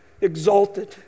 exalted